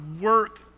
work